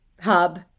hub